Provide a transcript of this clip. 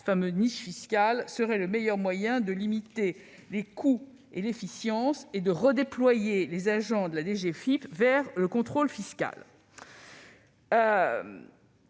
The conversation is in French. les fameuses « niches fiscales », serait le meilleur moyen de limiter les coûts, d'améliorer l'efficience et de redéployer les agents de la DGFiP vers le contrôle fiscal.